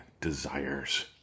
desires